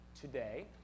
today